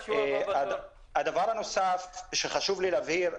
דבר נוסף שחשוב לי להבהיר.